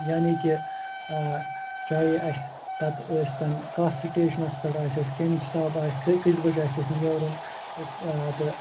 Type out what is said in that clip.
یعنی کہِ چاہیے اَسہِ پتہٕ ٲستن کَتھ سِٹیٚشنس پٮ۪ٹھ آسہِ کمہِ حِساب آسہِ کٔژِ بجہِ آسہِ اَسہِ نیرُن تہٕ